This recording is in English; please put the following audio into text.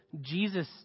Jesus